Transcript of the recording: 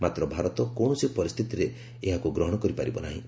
ମାତ୍ର ଭାରତ କୌଣସି ପରିସ୍ଥିତିରେ ମଧ୍ୟ ଏହାକୁ ଗ୍ରହଣ କରିପାରିବ ନାହିଁ